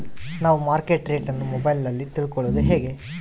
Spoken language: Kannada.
ನಾವು ಮಾರ್ಕೆಟ್ ರೇಟ್ ಅನ್ನು ಮೊಬೈಲಲ್ಲಿ ತಿಳ್ಕಳೋದು ಹೇಗೆ?